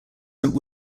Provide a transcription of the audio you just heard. saint